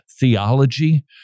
theology